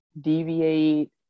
deviate